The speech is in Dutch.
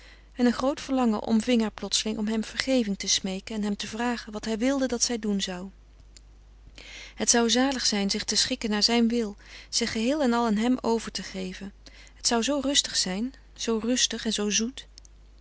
en een groot verlangen omving haar plotseling om hem vergeving te smeeken en hem te vragen wat hij wilde dat zij doen zou het zou zalig zijn zich te schikken naar zijn wil zich geheel en al aan hem over te geven het zou zoo rustig zijn zoo rustig en zoo zoet